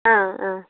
ஆ ஆ